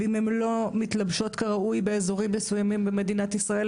ואם הן לא מתלבשות כראוי באזורים מסוימים במדינת ישראל,